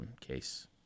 case